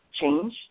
change